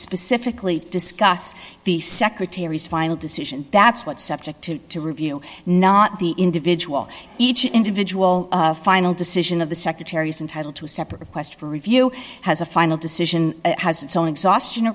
specifically discuss the secretary's final decision that's what subject to review not the individual each individual final decision of the secretaries in title two separate request for review has a final decision has its own exhaustion